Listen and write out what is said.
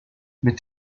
mit